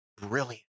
brilliant